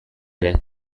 ere